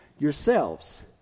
yourselves